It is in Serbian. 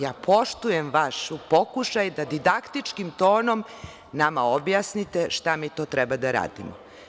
Ja poštujem vaš pokušaj da didaktičkim tonom nama objasnite šta mi to treba da radimo.